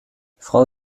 frau